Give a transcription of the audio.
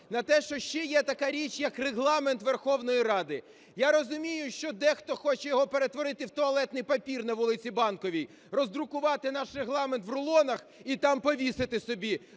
на те, що ще є така річ як Регламент Верховної Ради. Я розумію, що дехто хоче його перетворити в туалетний папір на вулиці Банковій, роздрукувати наш Регламент в рулонах і там повісити собі